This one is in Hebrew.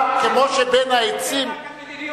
לא היתה אובייקטיבית.